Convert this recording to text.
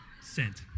sent